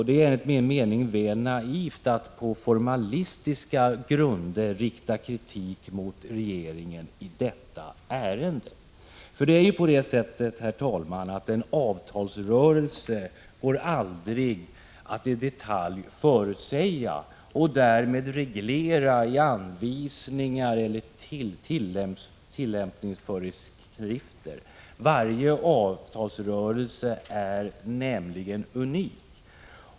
Det är enligt min mening väl naivt att på formalistiska grunder rikta kritik mot regeringen i detta ärende. En avtalsrörelse går aldrig att i detalj förutsäga och därmed inte heller att reglera i anvisningar eller tillämpningsföreskrifter — varje avtalsrörelse är nämligen unik.